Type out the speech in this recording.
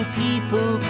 people